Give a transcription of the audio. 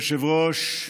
אדוני היושב-ראש,